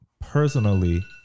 personally